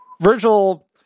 Virgil